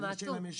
אני חושב אם יש